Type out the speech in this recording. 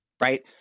Right